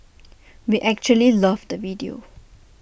we actually loved the video